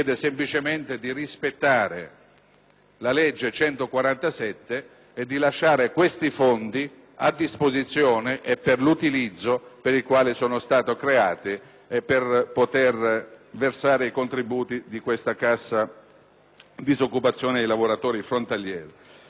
e di lasciare questi fondi a disposizione per l'utilizzo per il quale sono stati creati e per versare i contributi di questa cassa di disoccupazione ai lavoratori frontalieri. Desidero altresì ricordare che, nell'ultima legislatura, i sindacati